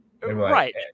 Right